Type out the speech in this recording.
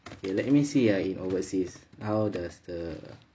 okay let me see ah if overseas how does the